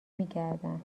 میکردن